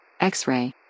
X-Ray